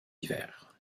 divers